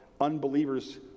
unbelievers